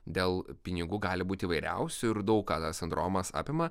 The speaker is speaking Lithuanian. dėl pinigų gali būti įvairiausių ir daug ką dar sindromas apima